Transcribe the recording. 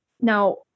now